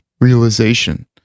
realization